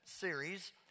series